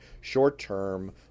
short-term